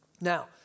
Now